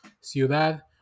Ciudad